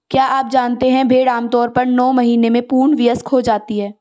क्या आप जानते है भेड़ आमतौर पर नौ महीने में पूर्ण वयस्क हो जाती है?